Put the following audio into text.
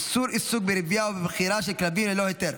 (איסור עיסוק ברבייה ובמכירה של כלבים ללא היתר),